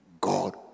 God